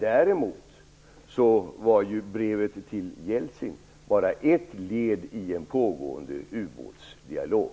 Däremot var brevet till Jeltsin bara ett led i en pågående ubåtsdialog.